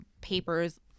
papers –